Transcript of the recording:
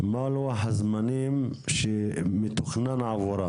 מה לוח הזמנים שמתוכנן עבור.